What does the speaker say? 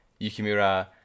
yukimura